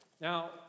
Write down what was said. Now